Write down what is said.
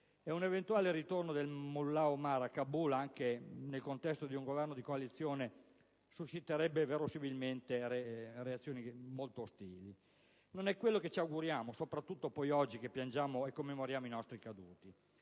un eventuale ritorno del mullah Omar a Kabul, anche nel contesto di un governo di coalizione, susciterebbe verosimilmente reazioni molto ostili. Non è quello che ci auguriamo, soprattutto oggi che piangiamo e commemoriamo i nostri caduti.